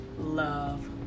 love